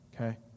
okay